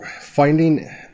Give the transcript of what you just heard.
finding